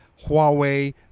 Huawei